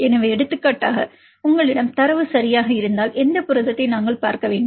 எனவே எடுத்துக்காட்டாக உங்களிடம் தரவு சரியாக இருந்தால் எந்த புரதத்தை நாங்கள் பார்க்க வேண்டும்